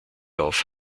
auf